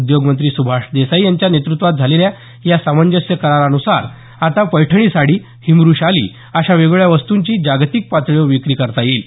उद्योगमंत्री सुभाष देसाई यांच्या नेतृत्वात झालेल्या या सामंजस्य करारानुसार आता पैठणी साडी हिमरु शाली अशा वेगवेगळ्या वस्तूंची जागतिक पातळीवर विक्री करता येईल